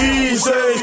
easy